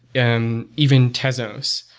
and even tezos.